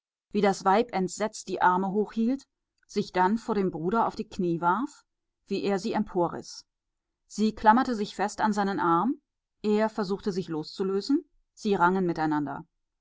wie das weib entsetzt die arme hoch hielt sich dann vor dem bruder auf die knie warf wie er sie emporriß sie klammerte sich fest an seinen arm er versuchte sich loszulösen sie rangen miteinander